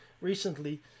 recently